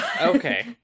Okay